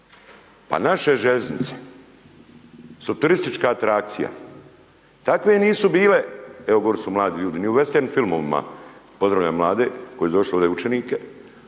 pa naše željeznice su turistička atrakcija, takve nisu bile, evo gore su mladi ljudi, ni u vestern filmovima, pozdravljam mlade koji su došli ovdje učenike,